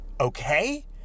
Okay